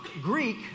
Greek